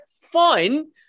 Fine